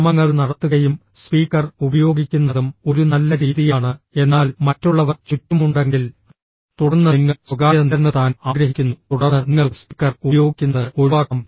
ശ്രമങ്ങൾ നടത്തുകയും സ്പീക്കർ ഉപയോഗിക്കുന്നതും ഒരു നല്ല രീതിയാണ് എന്നാൽ മറ്റുള്ളവർ ചുറ്റുമുണ്ടെങ്കിൽ തുടർന്ന് നിങ്ങൾ സ്വകാര്യത നിലനിർത്താൻ ആഗ്രഹിക്കുന്നു തുടർന്ന് നിങ്ങൾക്ക് സ്പീക്കർ ഉപയോഗിക്കുന്നത് ഒഴിവാക്കാം